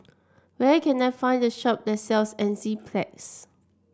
where can I find a shop that sells Enzyplex